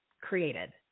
created